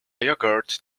yogurt